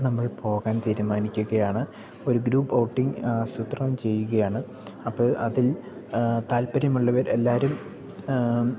നമ്മൾ പോകാൻ തീരുമാനിച്ചിരിക്കുകയാണ് ഒരു ഗ്രൂപ്പ് ഓട്ടിംഗ് ആസൂത്രണം ചെയ്യുകയാണ് അപ്പം അതിൽ താല്പര്യമുള്ളവർ എല്ലാവരും